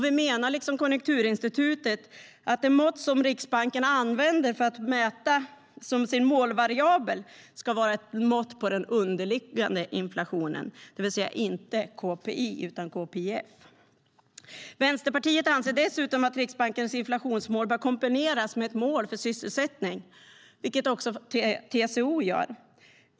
Vi menar, liksom Konjunkturinstitutet, att det mått som Riksbanken använder som sin målvariabel ska vara ett mått på den underliggande inflationen, det vill säga inte KPI utan KPIF. Vänsterpartiet anser dessutom att Riksbankens inflationsmål bör kombineras med ett mål för sysselsättningen, vilket också TCO gör.